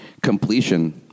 completion